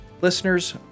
Listeners